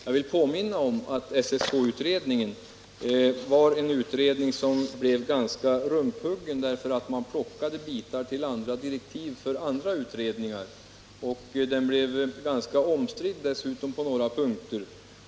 Jag vill påminna om att SSK-utredningen var en utredning som blev ganska rumphuggen på grund av att man plockade bitar till direktiv för andra utredningar. Den blev dessutom ganska omstridd på några punkter.